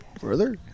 Brother